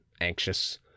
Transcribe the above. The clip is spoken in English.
anxious